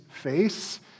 face